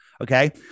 Okay